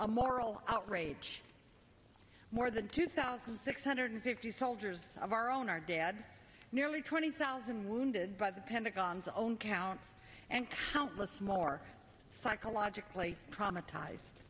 a moral outrage more than two thousand six hundred fifty soldiers of our own are dead nearly twenty thousand wounded by the pentagon's own count and countless more psychologically traumatized